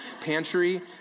pantry